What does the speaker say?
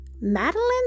Madeline